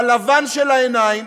בלבן של העיניים